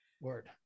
Word